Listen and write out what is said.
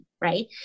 right